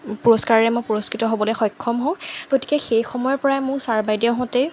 পুৰস্কাৰেৰে মই পুৰস্কৃত হ'বলৈ সক্ষম হওঁ গতিকে সেই সময়ৰপৰাই মোৰ ছাৰ বাইদেউহঁতে